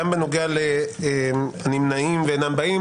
גם בנוגע לנמנעים ואינם באים.